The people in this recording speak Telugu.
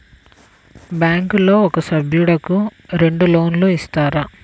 బ్యాంకులో ఒక సభ్యుడకు రెండు లోన్లు ఇస్తారా?